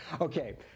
okay